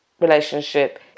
relationship